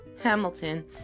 Hamilton